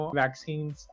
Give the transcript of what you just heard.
vaccines